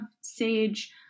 SAGE